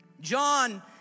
John